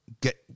get